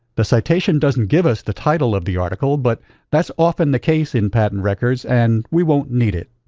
the citation doesn't give us the title of the article, but that's often the case in patent records, and we won't need it.